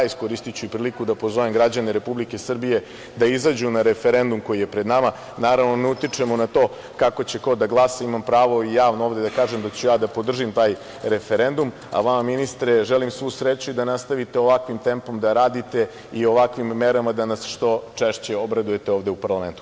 Iskoristiću priliku da pozovem građane Republike Srbije da izađu na referendum koji je pred nama, naravno ne utičemo na to kako će ko da glasa, imam pravo i javno ovde da kažem da ću ja da podržim taj referendum, a vama ministre želim svu sreću i da nastavite ovakvim tempom da radite i ovakvim merama da nas što češće obradujete ovde u parlamentu.